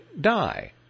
die